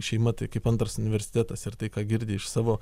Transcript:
šeima tai kaip antras universitetas ir tai ką girdi iš savo